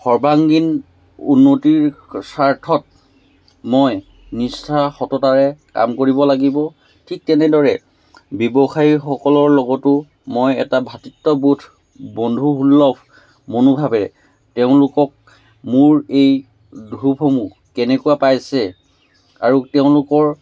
সৰ্বাঙ্গীন উন্নতিৰ স্বাৰ্থত মই নিষ্ঠা সততাৰে কাম কৰিব লাগিব ঠিক তেনেদৰে ব্যৱসায়ীসকলৰ লগতো মই এটা ভাতৃত্ববোধ বন্ধুসুলভ মনোভাৱে তেওঁলোকক মোৰ এই ধূপসমূহ কেনেকুৱা পাইছে আৰু তেওঁলোকৰ